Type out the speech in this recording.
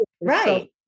Right